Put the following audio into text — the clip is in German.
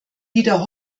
wieder